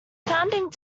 founding